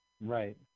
Right